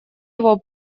его